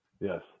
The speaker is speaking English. Yes